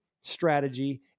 strategy